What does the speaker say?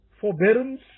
forbearance